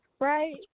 Right